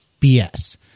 BS